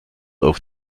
auf